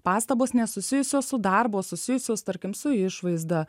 pastabos nesusijusios su darbu o susijusios tarkim su išvaizda